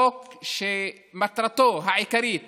חוק שמטרתו העיקרית